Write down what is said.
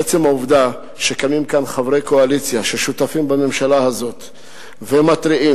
עצם העובדה שקמים כאן חברי קואליציה ששותפים בממשלה הזאת ומתריעים,